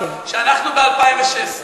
שאנחנו ב-2016,